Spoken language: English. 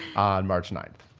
on march ninth.